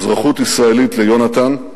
אזרחות ישראלית ליונתן,